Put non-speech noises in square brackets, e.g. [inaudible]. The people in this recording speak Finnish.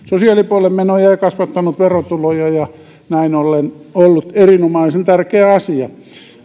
[unintelligible] sosiaalipuolen menoja ja kasvattanut verotuloja ja näin ollen ollut erinomaisen tärkeä asia